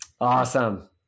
Awesome